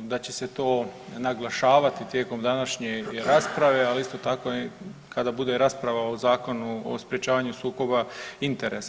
da će se to naglašavati tijekom današnje rasprave, ali isto tako i kada bude rasprava o Zakonu o sprječavanju sukoba interesa.